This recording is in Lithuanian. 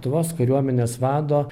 tuvos kariuomenės vado